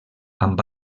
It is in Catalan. amb